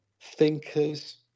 thinkers